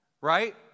right